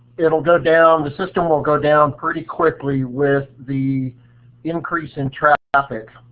it will go down the system will go down pretty quickly with the increase in traffic.